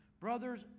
Brothers